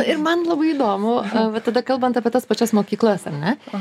ir man labai įdomu va tada kalbant apie tas pačias mokyklas ar ne